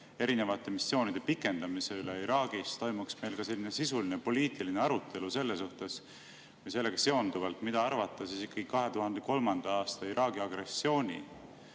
erinevate missioonide pikendamise üle Iraagis, toimuks meil ka selline sisuline poliitiline arutelu selle üle või sellega seonduvalt, mida ikkagi arvata 2003. aasta Iraagi agressiooni